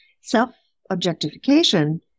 Self-objectification